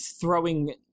throwing